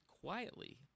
quietly